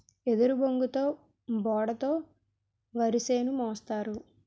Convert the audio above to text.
ఎదురుబొంగుతో బోడ తో వరిసేను మోస్తారు